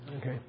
okay